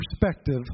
perspective